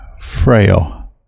frail